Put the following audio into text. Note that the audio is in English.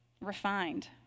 refined